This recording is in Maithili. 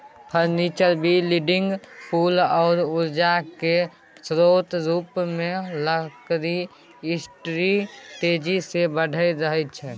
फर्नीचर, बिल्डिंग, पुल आ उर्जा केर स्रोत रुपमे लकड़ी इंडस्ट्री तेजी सँ बढ़ि रहल छै